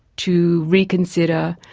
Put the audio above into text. to reconsider,